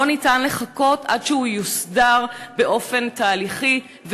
ולא ניתן לחכות עד שהוא יוסדר באופן תהליכי,